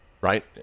right